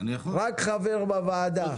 רק חבר בוועדה.